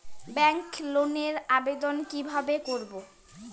Bank লোনের আবেদন কি কিভাবে করব?